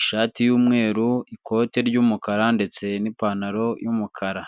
ishati y'umweru, ikote ry'umukara ndetse n'ipantaro y'umukara.